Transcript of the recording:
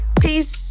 Peace